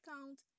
count